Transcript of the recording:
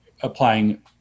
applying